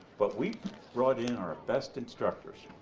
but we brought in our best instructors,